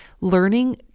learning